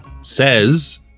Says